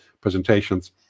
presentations